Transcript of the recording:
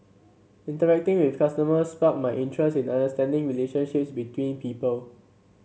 interacting with customers sparked my interest in understanding relationships between people